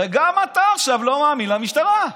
הרי גם אתה עכשיו לא מאמין למשטרה,